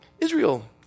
Israel